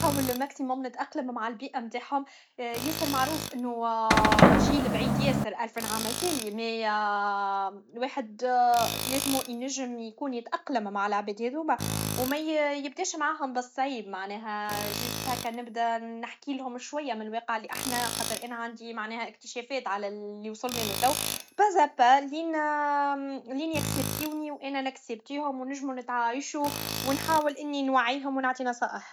نحاول لماكسيموم نتاقلم مع البيئة نتاعهم ياسر معروف انو جيل بعيد ياسر الف نعام لتالي مي لواحد لازم ينجم انو يتاقلم مع لعباد هذوما و مي يبداش معاهم بالصعيب جست نبدا هكا شوي من لواقع لي خاطر انا عندي معناه اكتشافات على لي وصلنالو تو بازانبا لين يكسيبتيوني و انا نكسيبتيهم و نجمو نتعايشو و نحاول اني نوعيهم و نعطي نصائح